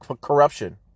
corruption